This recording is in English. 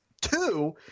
Two